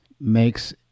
makes